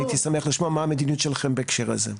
אני הייתי שמח לשמוע מה המדיניות שלכם בהקשר הזה.